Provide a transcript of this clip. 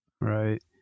Right